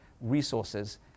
resources